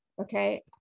Okay